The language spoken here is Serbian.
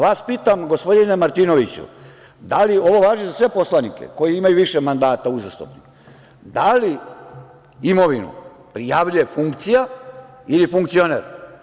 Vas pitam, gospodine Martinoviću, da li ovo važi za sve poslanike koji imaju više mandata uzastopno, da li imovinu prijavljuje funkcija ili funkcioner?